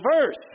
verse